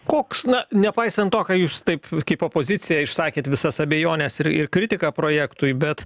koks na nepaisant to ką jūs taip kaip opozicija išsakėt visas abejones ir ir kritiką projektui bet